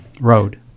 road